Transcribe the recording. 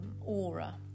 aura